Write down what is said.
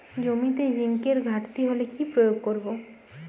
জমিতে জিঙ্কের ঘাটতি হলে কি প্রয়োগ করব?